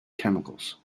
chemicals